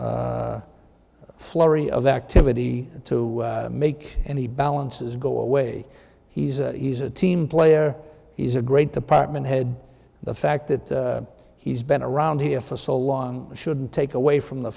one flurry of activity to make any balances go away he's a he's a team player he's a great department head the fact that he's been around here for so long shouldn't take away from the